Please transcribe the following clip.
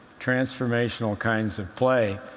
transformational kinds of play.